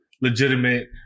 legitimate